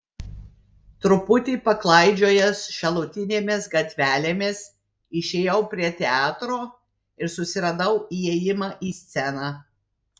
truputį paklaidžiojęs šalutinėmis gatvelėmis išėjau prie teatro ir susiradau įėjimą į sceną